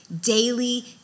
daily